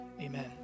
amen